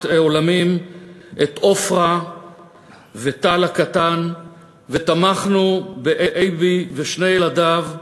עולמים את עופרה וטל הקטן ותמכנו באייבי ושני ילדיו,